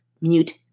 Mute